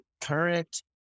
current